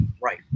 Right